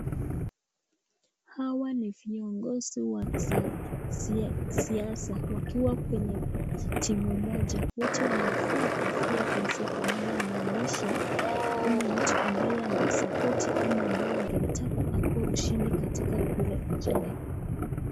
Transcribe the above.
Hawa ni viongozi wa kisiasa wakiwa kwenye timu moja. Wote wamevaa kofia zilizofanana inaonyesha ule mtu ambaye anamsapoti ama ambaye angemtaka akuwe mshindi katika kura ijayo.